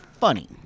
funny